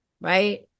right